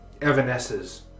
evanesces